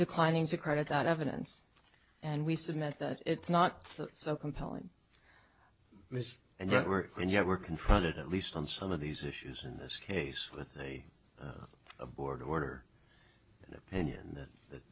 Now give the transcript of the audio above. declining to credit that evidence and we submit that it's not so compelling and there were and yet we're confronted at least on some of these issues in this case with a board of order and opinion that